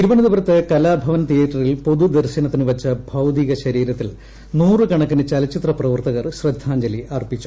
തിരൂപ്പ്ന്റ്തപുരത്ത് കലാഭവൻ തീയേറ്ററിൽ പൊതുദർശനത്തിന് വിച്ച് ഭ്യാതിക ശരീരത്തിൽ നൂറ് കണക്കിന് ചലച്ചിത്ര പ്രവർത്തുകർ ശ്രദ്ധാഞ്ജലി അർപ്പിച്ചു